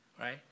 Right